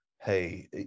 Hey